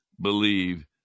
believe